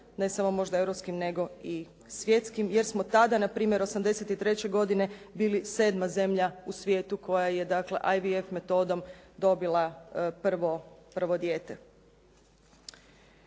ne samo možda europskim nego i svjetskim jer smo tada na primjer 83. godine bili 7. zemlja u svijetu koja je dakle IVF metodom dobila prvo dijete.